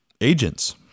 agents